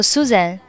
Susan